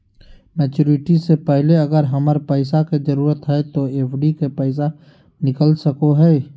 Maturity से पहले अगर हमरा पैसा के जरूरत है तो एफडी के पैसा निकल सको है?